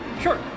Sure